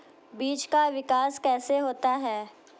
बीज का विकास कैसे होता है?